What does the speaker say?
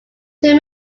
two